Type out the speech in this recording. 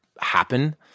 happen